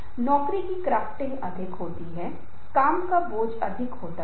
अब आपके पास ये वही तकनीक उपलब्ध नहीं हैं जब आप बोल रहे होते हैं